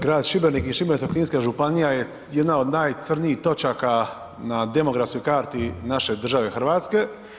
Grad Šibenik i Šibensko-kninska županija je jedna od najcrnjih točaka na demografskoj karti naše države Hrvatske.